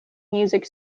music